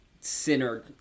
sinner—